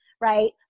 right